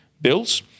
bills